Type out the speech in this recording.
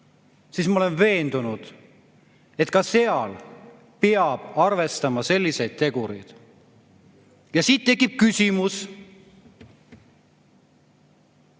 siis ma olen veendunud, et ka seal peab arvestama selliseid tegureid. Siit tekib küsimus: